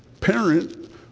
parent